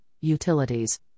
utilities